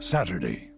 Saturday